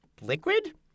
liquid